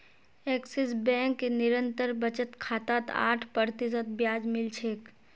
axis Bank निरंतर बचत खातात आठ प्रतिशत ब्याज मिल छेक